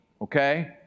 okay